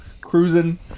cruising